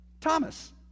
Thomas